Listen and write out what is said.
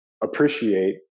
appreciate